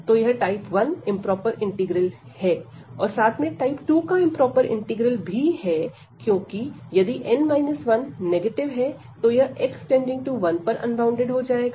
तो यह type 1 improper integral है और साथ में टाइप 2 का इंप्रोपर इंटीग्रल भी है क्योंकि यदि n 1नेगेटिव है तो यह x→1 पर अनबॉउंडेड हो जाएगा